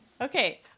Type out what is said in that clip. Okay